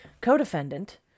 Co-defendant